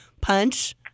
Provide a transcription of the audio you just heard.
Punch